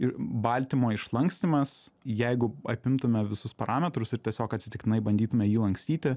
ir baltymo išlankstymas jeigu apimtume visus parametrus ir tiesiog atsitiktinai bandytume jį lankstyti